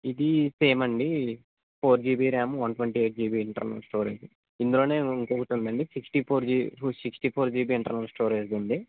ఇది సేమ్ అండి four GB RAM one twenty eight GB internal storage ఇందులోనే ఇంకొకటి ఉందండి sixty four sixty four GB internal స్టోరేజ్ది ఉంది